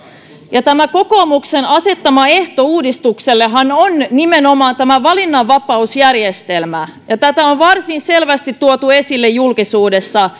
ja tämä kokoomuksen asettama ehtohan uudistukselle on nimenomaan valinnanvapausjärjestelmä tätä on varsin selvästi tuotu esille julkisuudessa